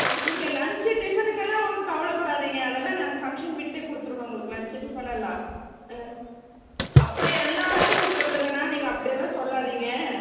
ம் நீங்கள் லன்ச்சு டிஃபனுக்கெல்லாம் ஒன்றும் கவலைப்படாதிங்க அதெல்லாம் நாங்கள் ஃபங்க்ஷன் வீட்டில் கொடுத்துருவோம் உங்களுக்கு லன்ச்சு டிஃபனெல்லாம் ஆ அப்படி எல்லாரெல்லாம் கொடுக்கறதில்லண்ணா நீங்கள் அப்படியெல்லாம் சொல்லாதிங்க